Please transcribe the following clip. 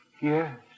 Yes